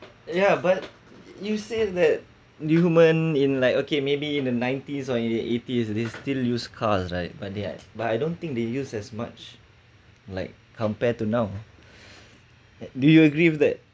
ya but you says that human in like okay maybe in the nineties or in eighties they still use car's right but they are I don't think they use as much like compare to now do you agree with that